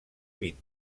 vint